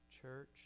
Church